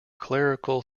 clerical